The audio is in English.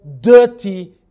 dirty